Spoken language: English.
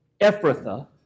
Ephrathah